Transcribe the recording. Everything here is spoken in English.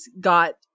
got